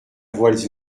voiles